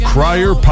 Crier